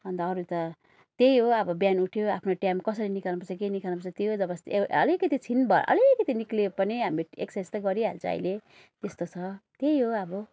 अन्त अरू त त्यही हो अब बिहान उठ्यो आफ्नो टाइम कसरी निकाल्नु पर्छ के निकाल्नु पर्छ त्यो जबरजस्ती यो अलिकिति छिन भए अलिकिति निस्किए पनि हामी एक्सर्साइस त गरिहाल्छ अहिले त्यस्तो छ त्यही हो अब